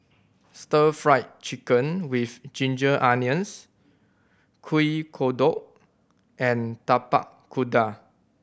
Stir Fry Chicken with ginger onions Kuih Kodok and Tapak Kuda